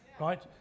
Right